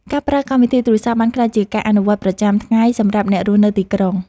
ការប្រើកម្មវិធីទូរសព្ទ បានក្លាយជាការអនុវត្តប្រចាំថ្ងៃសម្រាប់អ្នករស់នៅទីក្រុង។